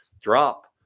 Drop